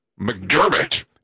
McDermott